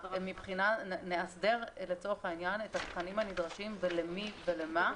נאסדר לצורך העניין את התכנים הנדרשים ולמי ולמה,